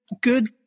good